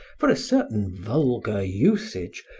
for a certain vulgar usage,